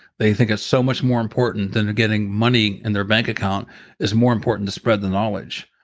they think it's so much more important than getting money in their bank account is more important to spread the knowledge.